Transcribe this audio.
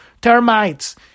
termites